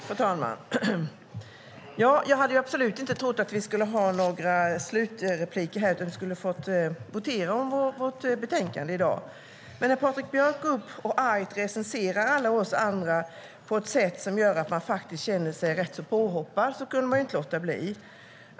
Fru talman! Jag hade absolut inte trott att vi skulle ha några slutrepliker utan att vi skulle få votera om vårt betänkande i dag. Men när Patrik Björck går upp och argt recenserar alla oss andra på ett sätt som gör att man faktiskt känner sig rätt påhoppad kunde man inte låta bli.